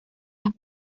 las